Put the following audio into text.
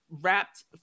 wrapped